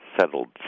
settled